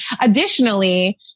Additionally